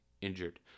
injured